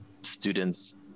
students